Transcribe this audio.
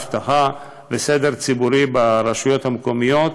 אבטחה וסדר ציבורי ברשות מקומית),